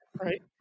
right